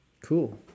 Cool